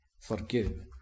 forgive